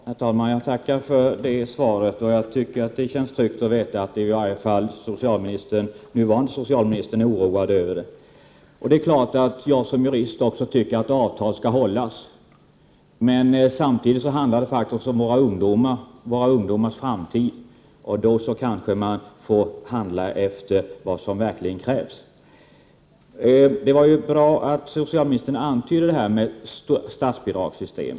Herr talman! Jag tackar för detta kompletterande svar. Det känns tryggt att veta att i varje fall nuvarande socialministern är oroad över förhållandena. Det är klart att jag som jurist också anser att avtal skall hållas. Men samtidigt handlar det om våra ungdomars framtid, och då kanske man får handla efter vad som verkligen krävs. Det var bra att socialministern antydde detta med statsbidragssystem.